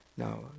Now